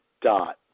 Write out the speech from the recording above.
dot